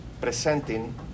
presenting